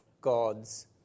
God's